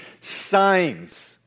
signs